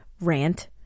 rant